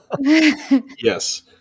Yes